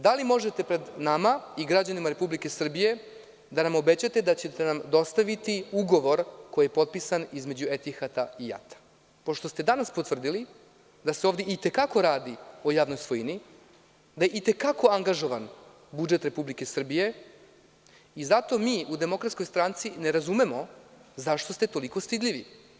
Da li možete, pred nama i građanima Republike Srbije, da nam obećate da ćete nam dostaviti ugovor koji je potpisan između„Etihada“ i JAT-a, pošto ste danas potvrdili da se ovde i te kako radi o javnoj svojini, da je i te kako angažovan budžet Republike Srbije i zato mi u DS ne razumemo zašto ste toliko stidljivi.